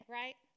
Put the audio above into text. right